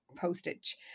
postage